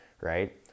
right